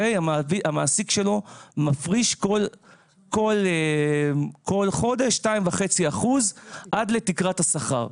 המעסיק שלו מפריש כל חודש 2.4 אחוזים עד לתקרת השכר.